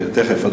תיכף.